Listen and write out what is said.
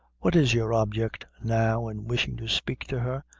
what is your object, now, in wishin' to spake to her?